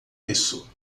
isso